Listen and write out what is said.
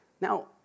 Now